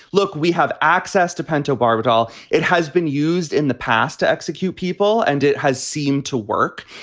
look, we have access to pentobarbital. it has been used in the past to execute people and it has seemed to work.